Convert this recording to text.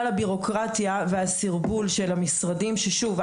הבירוקרטיה והסרבול של המשרדים ששוב,